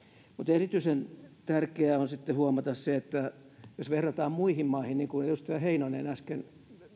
erityisen tärkeää on sitten huomata se että jos verrataan muihin maihin niin kuin edustaja heinonen äsken